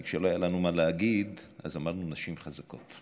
כי כשלא היה לנו מה להגיד אז אמרנו נשים חזקות,